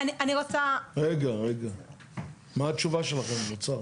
אני רוצה --- רגע, רגע, מה התשובה שלכם אוצר?